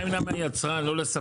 מה אם היצרן לא יספק